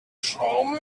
saw